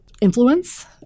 influence